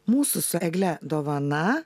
mūsų su egle dovana